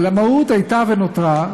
אבל המהות הייתה ונותרה,